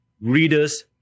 readers